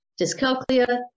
dyscalculia